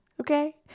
okay